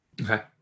Okay